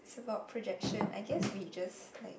it's about projection I guess we just like